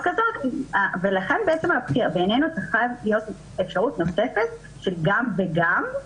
ולכן בעינינו זו חייבת להיות אפשרות נוספת של גם וגם,